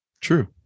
True